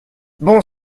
bon